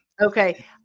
Okay